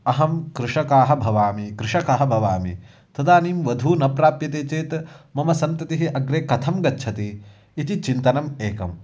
अहं कृषकः भवामि कृषकः भवामि तदानीं वधूः न प्राप्यते चेत् मम सन्ततिः अग्रे कथं गच्छति इति चिन्तनम् एकं